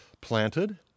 planted